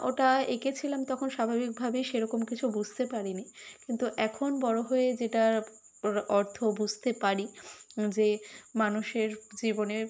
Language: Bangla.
ওটা এঁকেছিলাম তখন স্বাভাবিকভাবেই সেরকম কিছু বুঝতে পারিনি কিন্তু এখন বড় হয়ে যেটার অর্থ বুঝতে পারি যে মানুষের জীবনে